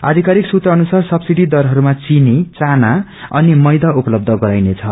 आधिकारिक सूत्रह अनुसार सव्सिडी दरहरूमा विनी चना अनि मैदा उपलव्य गराइनेछ